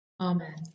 amen